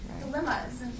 dilemmas